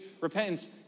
repentance